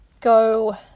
go